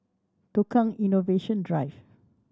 Tukang Innovation Drive